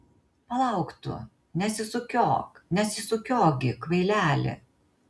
palauk tu nesisukiok nesisukiok gi kvaileli